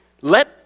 let